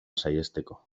saihesteko